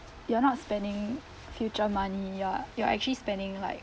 you're not spending future money you're you're actually spending like